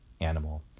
animal